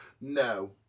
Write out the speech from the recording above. No